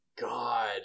God